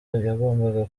yagombaga